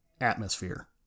atmosphere